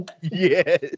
Yes